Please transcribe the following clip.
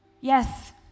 yes